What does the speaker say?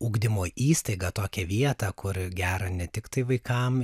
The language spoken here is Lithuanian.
ugdymo įstaigą tokią vietą kur gera ne tiktai vaikam